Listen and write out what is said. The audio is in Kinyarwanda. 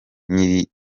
nyiri